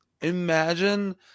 imagine